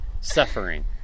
suffering